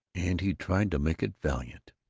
and he tried to make it valiant.